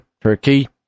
Turkey